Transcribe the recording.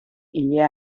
ilea